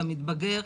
אתה מתבגר,